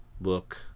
book